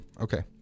okay